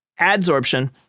adsorption